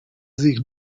sich